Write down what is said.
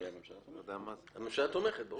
הממשלה תומכת.